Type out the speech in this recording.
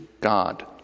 God